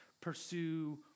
pursue